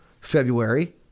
February